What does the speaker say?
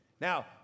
Now